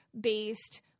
based